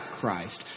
Christ